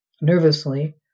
Nervously